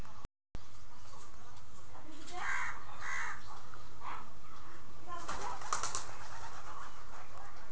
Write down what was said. लकड़ी प्राकृतिक सामग्री छिके